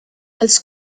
als